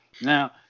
Now